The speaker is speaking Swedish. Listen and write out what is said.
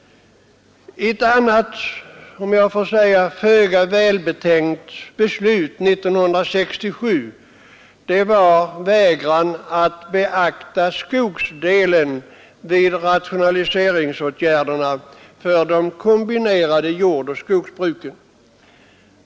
Ett annat, om jag så får säga föga välbetänkt, beslut år 1967 var vägran att beakta skogsdelen vid rationaliseringsåtgärdernas införande för de kombinerade jordoch skogsbruken.